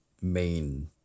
main